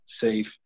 safe